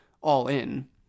all-in